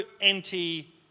anti